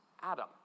Adam